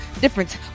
difference